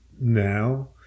now